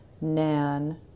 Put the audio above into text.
Nan